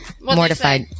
Mortified